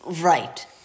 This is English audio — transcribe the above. Right